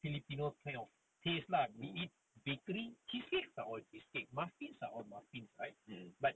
mmhmm mmhmm